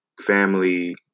family